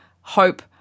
hope